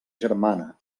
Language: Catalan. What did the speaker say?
germana